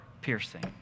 piercing